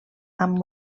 amb